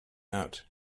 out